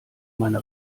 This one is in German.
meine